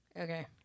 Okay